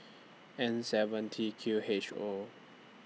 N seven T Q H O